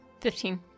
Fifteen